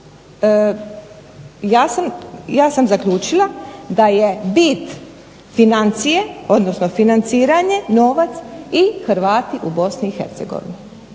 ja sam zaključila da je bit financiranje, novac i Hrvati u Bosni i Hercegovini.